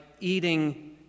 eating